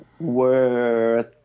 worth